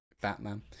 Batman